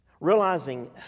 Realizing